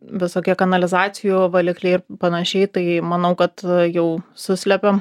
visokie kanalizacijos valikliai ir panašiai tai manau kad jau suslepiama